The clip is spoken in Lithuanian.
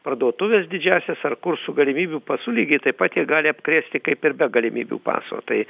parduotuves didžiąsias ar kur su galimybių pasu lygiai taip pat jie gali apkrėsti kaip ir be galimybių paso tai